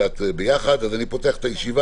שלום לכם, אני מתכבד לפתוח את הדיון.